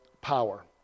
power